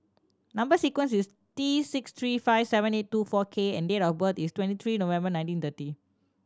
number sequence is T six three five seven eight two four K and date of birth is twenty three November nineteen thirty